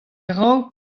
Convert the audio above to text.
ran